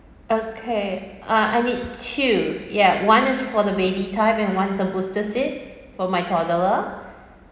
okay uh I need two yeah one is for the baby type and one is a booster seat for my toddler